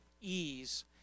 ease